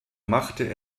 machte